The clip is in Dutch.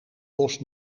bos